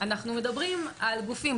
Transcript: אנחנו מדברים על גופים,